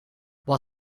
while